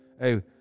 Hey